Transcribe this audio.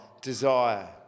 desire